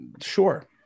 sure